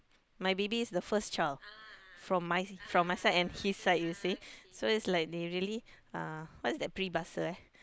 my baby is the first child from my from my side and his side you see so it's like they really uh what's that peribahasa eh